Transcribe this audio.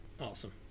Awesome